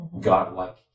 God-like